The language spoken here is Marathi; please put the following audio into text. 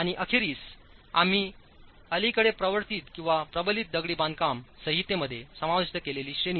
आणि अखेरीस आम्हीअलीकडेच प्रवर्तित किंवा प्रबलित दगडी बांधकाम संहितेमध्ये समाविष्ट केलेलीश्रेणी